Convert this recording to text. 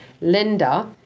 Linda